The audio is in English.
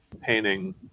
painting